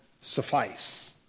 suffice